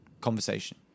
conversation